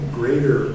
greater